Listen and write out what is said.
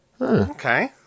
okay